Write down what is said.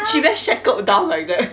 she very shackled down like that